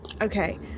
Okay